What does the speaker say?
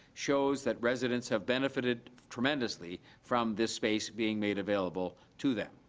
shows that residents have benefited tremendously from this space being made available to them.